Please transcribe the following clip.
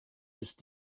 ist